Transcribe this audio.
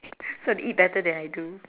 so they eat better than I do